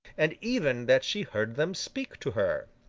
and even that she heard them speak to her.